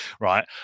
right